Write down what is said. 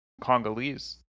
Congolese